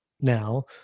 now